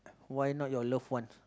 why not your loved one